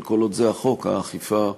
אבל כל עוד זה החוק, האכיפה מתבצעת,